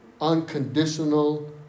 Unconditional